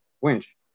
winch